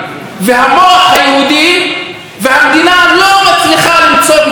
המדינה לא מצליחה למצוא פתרון לסוגיה של אל-עראקיב,